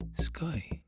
Sky